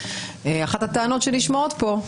אחת הטענות שנשמעות פה,